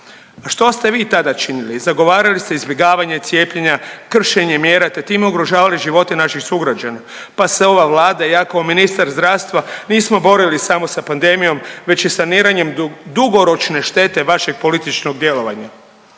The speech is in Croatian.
što ste vi tada činili? Zagovarali ste izbjegavanje cjepiva, kršenje mjera te time ugrožavali živote naših sugrađana pa se ove Vlada i ja kao ministar zdravstva nismo borili samo sa pandemijom, već i saniranjem dugoročne štete vašeg političnog djelovanja.